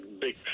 big